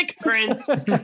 prince